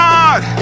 God